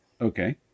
Okay